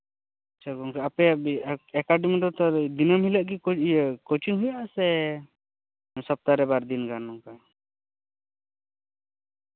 ᱪᱮᱫ ᱜᱚᱢᱠᱮ ᱟᱯᱮ ᱮᱠᱟᱰᱮᱢᱤ ᱨᱮᱫᱚ ᱫᱤᱱᱟᱹᱢ ᱦᱤᱞᱳᱜ ᱜᱮ ᱠᱳᱪᱤᱝ ᱦᱩᱭᱩᱜᱼᱟ ᱥᱮ ᱥᱚᱯᱛᱟᱨᱮ ᱵᱟᱨᱫᱤᱱ ᱜᱟᱱ ᱱᱚᱝᱠᱟ